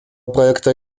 проекта